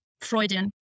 Freudian